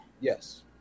yes